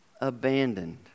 Abandoned